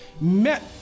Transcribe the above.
met